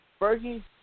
Fergie